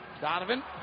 Donovan